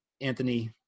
Anthony